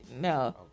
no